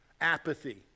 apathy